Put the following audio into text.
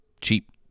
cheap